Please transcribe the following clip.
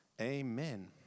Amen